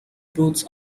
booths